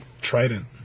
Trident